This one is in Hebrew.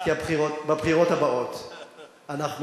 כי בבחירות הבאות אנחנו,